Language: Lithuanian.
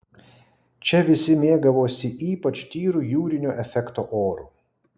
čia visi mėgavosi ypač tyru jūrinio efekto oru